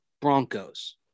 Broncos